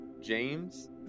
James